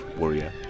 warrior